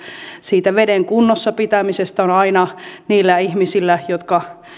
siitä veden kunnossa pitämisestä on aina niillä ihmisillä jotka